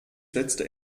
setzte